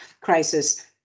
crisis